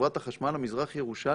שחברת החשמל המזרח ירושלמית,